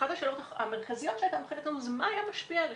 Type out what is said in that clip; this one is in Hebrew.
אחת השאלות המרכזיות שהעלינו זה מה היה משפיע עליכם?